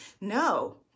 No